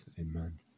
Amen